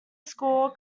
score